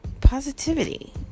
positivity